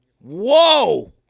whoa